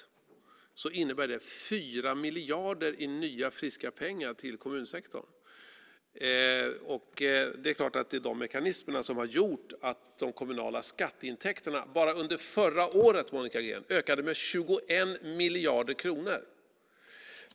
Det innebär 4 miljarder i nya, friska pengar till kommunsektorn. Det är klart att det är de mekanismerna som har gjort att de kommunala skatteintäkterna bara under förra året, Monica Green, ökade med 21 miljarder kronor.